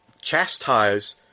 chastise